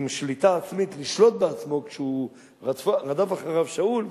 עם שליטה עצמית, לשלוט בעצמו, כשרדף אחריו שאול.